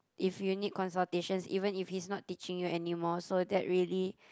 if you need consultations even if he's not teaching you anymore so that really